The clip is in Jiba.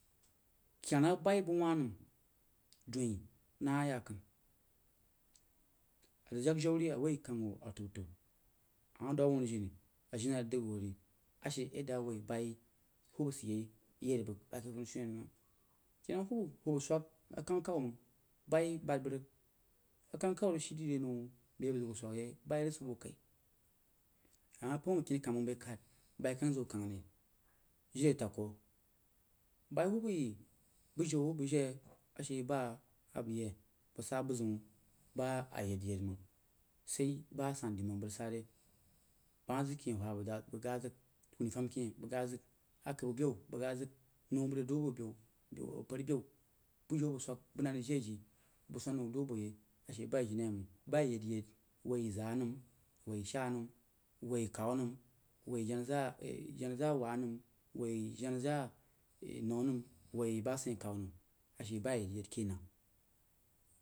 Keyena a bayi bəg wa nəm doin nah yakən a zəg jak jau ri a woi kəng bah a tau-tau a ma doub a wunnu jini ajirenai rig dəg wuh ri ashe yadda awoi bayi hubba sid yei yeri bəg ake funishumen məng kinnau hubba, hubba swəg a kəng kawu məng bayi bad bəg rig a kəngha kawu rig shii di re nau beh a bəg zəg ku swək yei bayi rig sid boo khai a ma pəm ke kamma mbai kad bayi kəng zəg wuh kəng ri je adəg ku, bahubba yi bujiu a bəg jeh ashe ba abəg yi bəg sa bəg ziu məng ba a yeid-yeid məng sai ba san məng bəg rig sa re bəg zəg kyeh hwa bəg dad bəg gha zəg kunni fam kyeh bəg dad zəg akabba beyu bəg gan zəg, nau bəg zəg ye duo boo pari beyu, buyiu a bəg swəg bəg nəng a nəng jeji bəg swan huo duo boo yei ashe bayi ayirenai məng bayi a yeid-yeid woi zaa nəm, woí shaa nəm, woi kawu nəm woi jenna zaa jenna zaa wah nəm, woi jenna zaa nau a nəm woī ba asein kaeu nəm a she bai a yeid-yeid kenan.